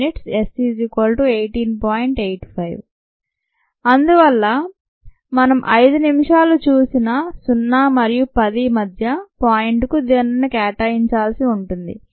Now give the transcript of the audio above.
85 అందువల్ల మనం 5 నిమిషాలు చూసిన 0 మరియు 10 మధ్య పాయింట్ కు దానిని కేటాయించాల్సి ఉంటుంది